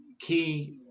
key